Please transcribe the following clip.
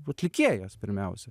atlikėjas pirmiausia